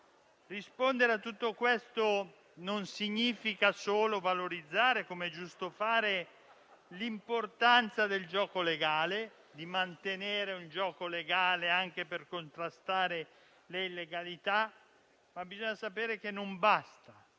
Rispondere a tutto questo significa valorizzare, come è giusto fare, l'importanza del gioco legale, mantenere un gioco legale anche per contrastare l'illegalità, ma bisogna sapere che ciò non